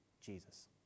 Jesus